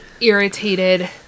irritated